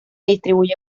distribuye